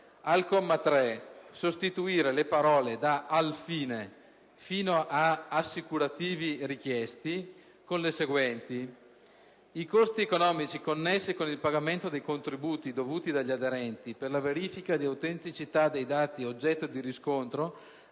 di sostituire le parole da «Al fine» fino a «assicurativi richiesti» con le seguenti parole: «i costi economici connessi con il pagamento dei contributi dovuti dagli aderenti per la verifica dell'autenticità dei dati oggetto di riscontro